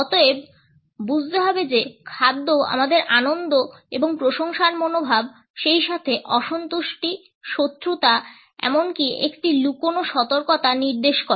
অতএব বুঝতে হবে যে খাদ্য আমাদের আনন্দ এবং প্রশংসার মনোভাব সেইসাথে অসন্তুষ্টি শত্রুতা বা এমনকি একটি লুকানো সতর্কতা নির্দেশ করে